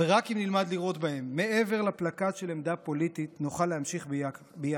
רק אם נלמד לראות בהם מעבר לפלקט של עמדה פוליטית נוכל להמשיך ביחד.